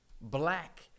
black